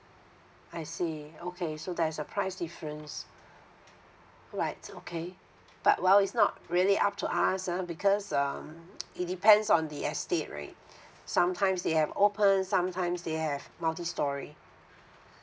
I see okay so there's a price difference like okay but well it's not really up to us ah because um it depends on the estate right sometimes they have open sometimes they have multi storey